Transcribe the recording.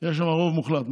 יש שם רוב מוחלט.